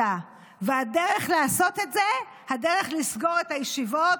והדרך לעשות את זה, הדרך לסגור את הישיבות,